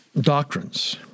doctrines